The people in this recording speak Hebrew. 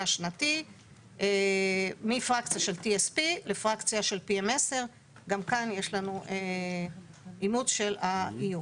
השנתי מפרקציה של TSP לפרקציה של PM10. גם כאן יש לנו אימוץ של ה-EU.